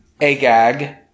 Agag